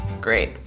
Great